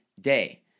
day